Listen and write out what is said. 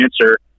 answer